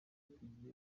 tugiye